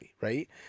right